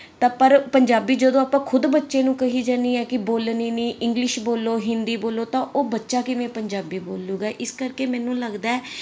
ਤਾਂ ਪਰ ਪੰਜਾਬੀ ਜਦੋਂ ਆਪਾਂ ਖੁਦ ਬੱਚੇ ਨੂੰ ਕਹੀ ਜਾਨੀ ਆ ਕੀ ਬੋਲਣੀ ਨਹੀਂ ਇੰਗਲਿਸ਼ ਬੋਲੋ ਹਿੰਦੀ ਬੋਲੋ ਤਾਂ ਉਹ ਬੱਚਾ ਕਿਵੇਂ ਪੰਜਾਬੀ ਬੋਲੂਗਾ ਇਸ ਕਰਕੇ ਮੈਨੂੰ ਲੱਗਦਾ